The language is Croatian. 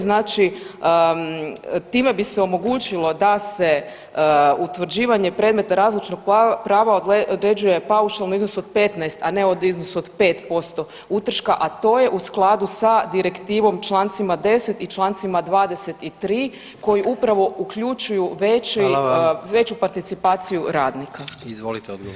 Znači time bi se omogućilo da se utvrđivanje predmeta razlučnog prava određuje paušalno u iznosu od 15, a ne u iznosu od 5% utrška, a to je u skladu sa Direktivom Člancima 10. i Člancima 23. koji upravo uključuju veći [[Upadica: Hvala vam.]] veću participaciju radnika.